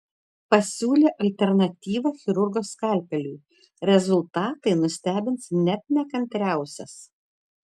pasiūlė alternatyvą chirurgo skalpeliui rezultatai nustebins net nekantriausias